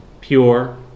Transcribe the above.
pure